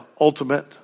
ultimate